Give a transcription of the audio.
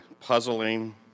puzzling